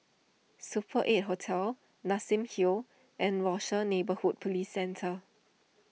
Super eight Hotel Nassim Hill and Rochor Neighborhood Police Centre